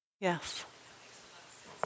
Yes